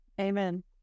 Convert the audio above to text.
Amen